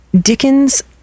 Dickens